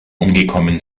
umgekommen